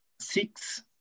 six